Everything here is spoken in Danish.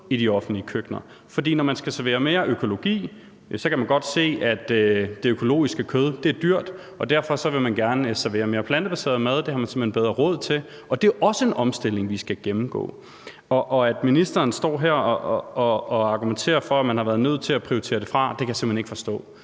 i de offentlige køkkener. For når man skal servere mere økologi, kan man godt se, at det økologiske kød er dyrt, og derfor vil man gerne servere mere plantebaseret mad. Det har man simpelt hen bedre råd til, og det er også en omstilling, vi skal gennemgå. At ministeren står her og argumenterer for, at man har været nødt til at prioritere det fra, kan jeg simpelt hen ikke forstå,